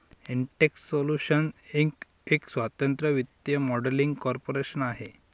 Intex Solutions Inc एक स्वतंत्र वित्तीय मॉडेलिंग कॉर्पोरेशन आहे